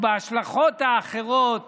וההשלכות האחרות